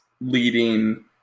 leading